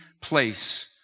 place